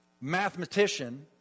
mathematician